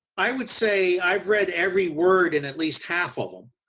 i would say i have read every word in at least half of them.